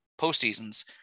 postseasons